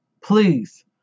please